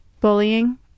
bullying